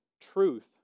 truth